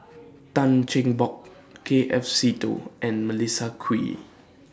Tan Cheng Bock K F Seetoh and Melissa Kwee